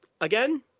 again